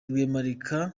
rwemarika